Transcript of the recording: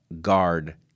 guard